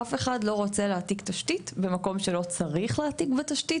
אף אחד לא רוצה להעתיק תשתית במקום שלא צריך להעתיק בו תשתית.